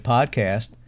Podcast